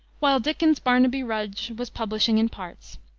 while dickens's barnaby rudge was publishing in parts,